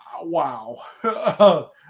Wow